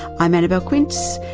i'm annabelle quince,